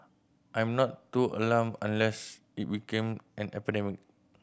I'm not too alarmed unless it became an epidemic